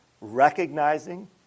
recognizing